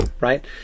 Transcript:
right